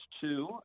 two